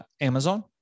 Amazon